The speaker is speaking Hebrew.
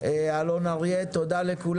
אלון אריה, תודה לכולם.